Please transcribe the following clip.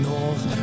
North